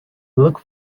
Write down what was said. look